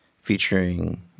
featuring